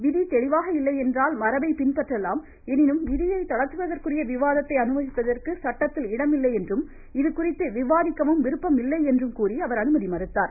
விதி தெளிவாக இல்லை என்றால் மரபை பின்பற்றலாம் எனினும் விதியை தளா்த்துவதற்குரிய விவாதத்தை அனுமதிப்பதற்கு சட்டத்தில் இடமில்லை என்றும் இதுகுறித்து விவாதிக்கவும் விருப்பம் இல்லை என்று கூறி அவர் அனுமதி மறுத்தார்